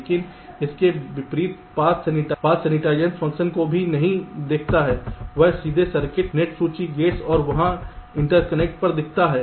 लेकिन इसके विपरीत पाथ सैनिटाइजेशन फ़ंक्शन को बिल्कुल भी नहीं देखता है यह सीधे सर्किट नेट सूची गेट्स और वहाँ इंटरकनेक्ट पर दिखता है